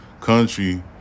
country